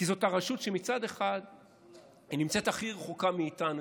כי זאת הרשות שמצד אחד נמצאת הכי רחוקה מאיתנו,